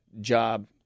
job